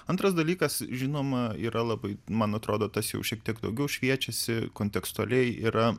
antras dalykas žinoma yra labai man atrodo tas jau šiek tiek daugiau šviečiasi kontekstualiai yra